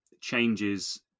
changes